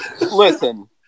Listen